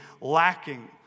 lacking